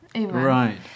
Right